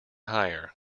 higher